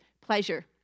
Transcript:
pleasure